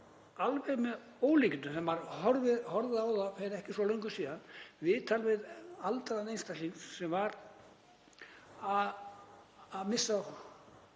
alveg með ólíkindum þegar maður horfði á fyrir ekki svo löngu síðan viðtal við aldraðan einstakling sem var að missa